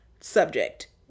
subject